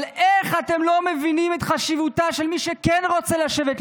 אבל איך אתם לא מבינים את חשיבותו של מי שכן רוצה לשבת ללמוד?